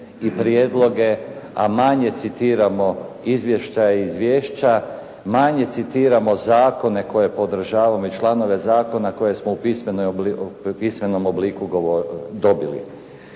i prijedloge, a manje citiramo izvještaj i izvješća, manje citiramo zakone koje podržavam i članove zakona koje smo u pismenom obliku dobili.